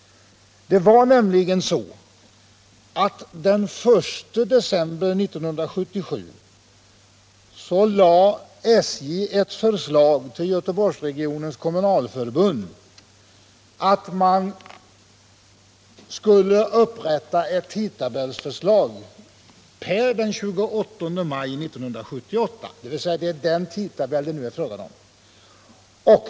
Det var nämligen så, att den I december 1977 lade SJ fram ett förslag till Göteborgsregionens kommunalförbund att man skulle upprätta 49 ett tidtabellsförslag per den 28 maj 1978 — det är den tidtabell det nu är fråga om.